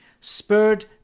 spurred